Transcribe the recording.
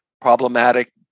problematic